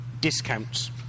discounts